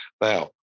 now